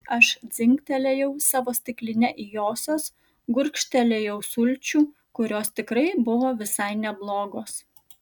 aš dzingtelėjau savo stikline į josios gurkštelėjau sulčių kurios tikrai buvo visai neblogos